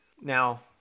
now